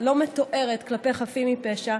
לא מתוארת כלפי חפים מפשע,